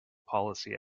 policy